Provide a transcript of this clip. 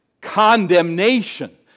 condemnation